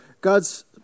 God's